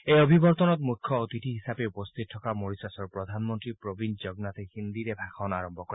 এই অভিৱৰ্তনত মুখ্য অতিথি হিচাপে উপস্থিত থকা মৰিছাছৰ প্ৰধানমন্ত্ৰী প্ৰবীন্দ জগনাথে হিন্দীৰে ভাষণ আৰম্ভ কৰে